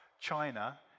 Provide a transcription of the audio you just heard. China